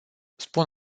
spun